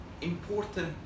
important